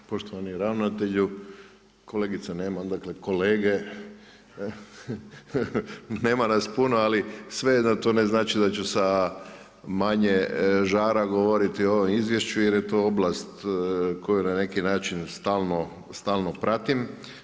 Poštovani ravnatelju, kolegice nema, onda kolege, nema nas puno, ali svejedno to ne znači da ću sa manje žara govoriti o ovom izvješću, jer je to oblast koji na neki način stalno pratim.